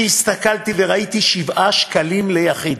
כי הסתכלתי וראיתי 7 שקלים ליחיד,